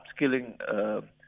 upskilling